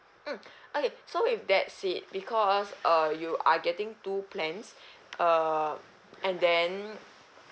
mm okay so if that's it because uh you are getting two plans uh and then